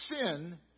Sin